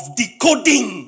decoding